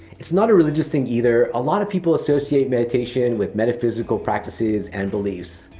it's not a religious thing either. a lot of people associate mediation with metaphysical practices and beliefs.